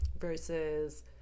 versus